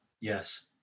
Yes